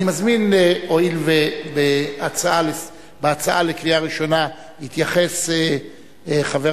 הואיל ובהצעה לקריאה ראשונה התייחס חבר